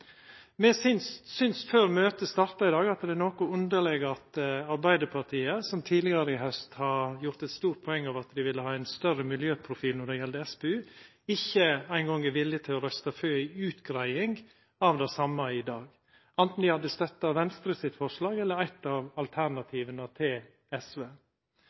Me syntest før møtet starta i dag at det var noko underleg at Arbeidarpartiet, som tidlegare i haust har gjort eit stort poeng av at dei ville ha ein større miljøprofil når det gjeld SPU, ikkje ein gong er villige til å røysta for ei utgreiing av det same i dag, anten dei hadde støtta Venstre og Kristeleg Folkeparti sitt forslag eller eit av alternativa til SV.